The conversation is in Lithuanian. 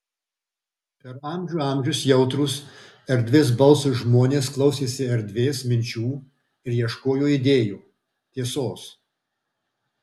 per amžių amžius jautrūs erdvės balsui žmonės klausėsi erdvės minčių ir ieškojo idėjų tiesos